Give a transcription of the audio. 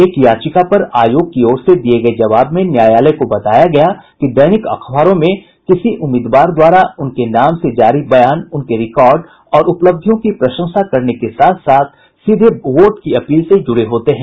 एक याचिका पर आयोग की ओर से दिये गये जवाब में न्यायालय को बताया गया कि दैनिक अखबारों में किसी उम्मीदवार द्वारा उनके नाम से जारी बयान उनके रिकॉर्ड और उपलब्धियों की प्रशंसा करने के साथ साथ सीधे वोट की अपील से जुड़े होते हैं